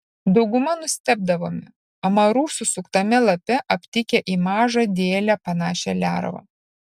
dauguma nustebdavome amarų susuktame lape aptikę į mažą dėlę panašią lervą